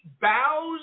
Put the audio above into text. bows